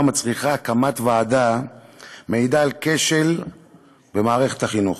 מצריכה הקמת ועדה מעידה על כשל במערכת החינוך.